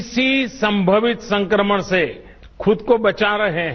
किसी संमावित संक्रमण से खुद को बचा रहे हैं